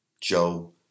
Joe